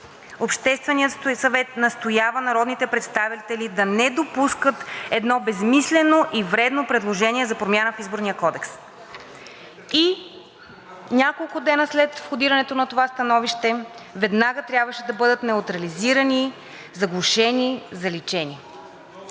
„Общественият съвет настоява народните представители да не допускат едно безсмислено и вредно предложение за промяна в Изборния кодекс.“ И няколко дена след входирането на това становище веднага трябваше да бъдат неутрализирани, заглушени, заличени.